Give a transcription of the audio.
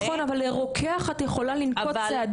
נכון אבל לרוקח את יכולה לנקוט צעדים